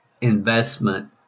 investment